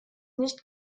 nicht